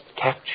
catch